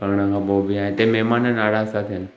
करण खां पोइ बि ऐं हिते महिमान नाराज़ था थियनि